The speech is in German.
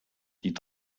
die